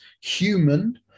Human